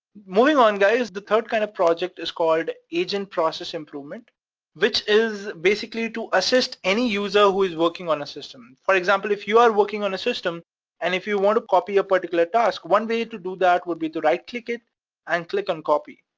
moving on guys, the third kind of project is called agent process improvement which is, basically, to assist any user who is working on a system. for example, if you are working on a system and if you want to copy a particular task, one way to do that would be to right click it and click on copy,